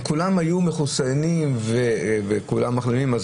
אם כולם היו מחוסנים וכולם מחלימים,